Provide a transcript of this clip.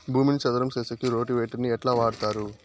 భూమిని చదరం సేసేకి రోటివేటర్ ని ఎట్లా వాడుతారు?